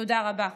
תודה רבה.